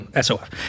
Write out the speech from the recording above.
SOF